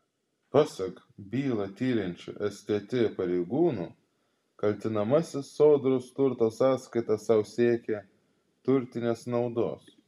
pasak bylą tiriančių stt pareigūnų kaltinamasis sodros turto sąskaita sau siekė turtinės naudos